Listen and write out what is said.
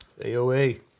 AOA